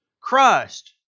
crushed